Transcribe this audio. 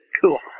Cool